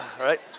right